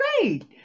great